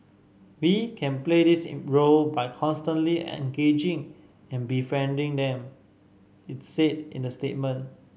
we can play this in by constantly engaging and befriending them it's said in a statement